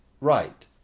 Right